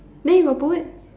then you got put